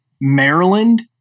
Maryland